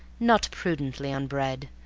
not prudently on bread,